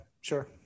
sure